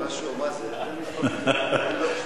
--- שתהיה מבסוט.